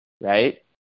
right